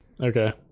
Okay